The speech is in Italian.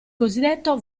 cosiddetto